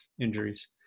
injuries